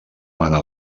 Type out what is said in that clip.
mana